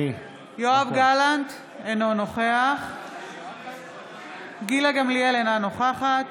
יואב גלנט, אינו נוכח גילה גמליאל, אינה נוכחת